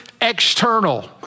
external